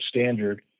standard